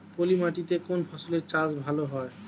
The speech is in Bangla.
পলি মাটিতে কোন ফসলের চাষ ভালো হয়?